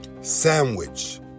Sandwich